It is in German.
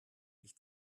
ich